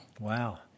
Wow